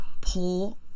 pull